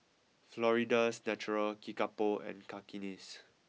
Florida's Natural Kickapoo and Cakenis